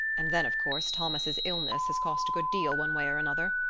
and then of course thomas' illness has cost a good deal, one way or another.